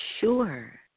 sure